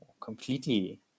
completely